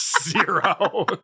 zero